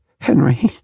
Henry